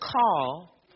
call